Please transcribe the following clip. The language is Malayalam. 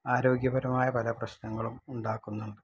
ആരോഗ്യപരമായ പല പ്രശ്നങ്ങളും ഉണ്ടാക്കുന്നുണ്ട്